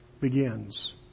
begins